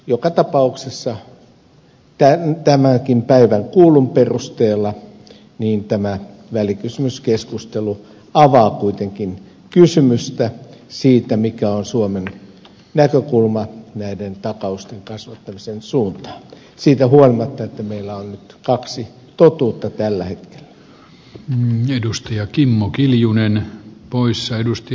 joka tapauksessa tämänkin päivän kuullun perusteella tämä välikysymyskeskustelu avaa kuitenkin kysymystä siitä mikä on suomen näkökulma näiden takausten kasvattamisen suuntaan siitä huolimatta että meillä on nyt kaksi totuutta tällä hetkellä